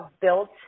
built –